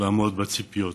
לעמוד בציפיות.